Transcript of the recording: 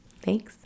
Thanks